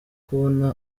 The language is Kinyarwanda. kubona